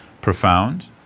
Profound